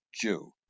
Jew